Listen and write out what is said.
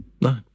No